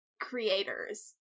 creators